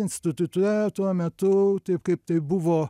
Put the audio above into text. institute tuo metu taip kaip tai buvo